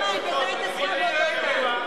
שמלים זה דבר הפיך.